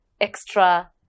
extra